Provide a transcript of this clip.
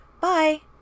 Bye